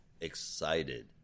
excited